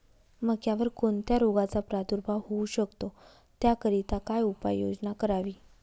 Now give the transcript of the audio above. मक्यावर कोणत्या रोगाचा प्रादुर्भाव होऊ शकतो? त्याकरिता काय उपाययोजना करावी?